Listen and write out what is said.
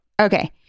Okay